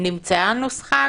נמצאה נוסחה?